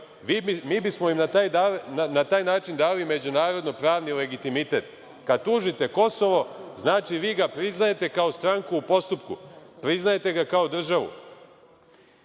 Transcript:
Mi bismo im na taj način dali međunarodno pravni legitimitet. Kad tužite Kosovo, znači vi ga priznajete kao stranku u postupku, priznajete ga kao državu. Što